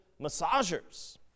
massagers